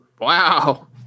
wow